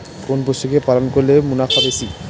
কোন পশু কে পালন করলে মুনাফা বেশি?